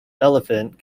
elephant